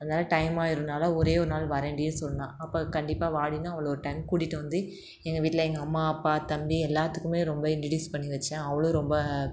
அதனால் டைம் ஆகிடும்னால ஒரே ஒரு நாள் வரேன்டின்னு சொன்னாள் அப்போ கண்டிப்பாக வாடின்னு அவளளை ஒரு டைம் கூட்டிகிட்டு வந்து எங்கள் வீட்டில் எங்கள் அம்மா அப்பா தம்பி எல்லாருக்குமே ரொம்ப இன்டிடியூஸ் பண்ணி வைச்சேன் அவளும் ரொம்ப